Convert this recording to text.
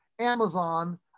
Amazon